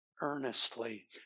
earnestly